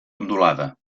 ondulada